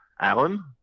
Alan